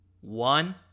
one